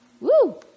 Woo